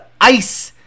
ICE